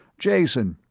jason,